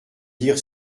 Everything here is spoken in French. dire